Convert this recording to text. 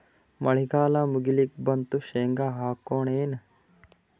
ಮಳಿಗಾಲ ಮುಗಿಲಿಕ್ ಬಂತು, ಶೇಂಗಾ ಹಾಕೋಣ ಏನು?